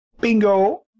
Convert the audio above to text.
bingo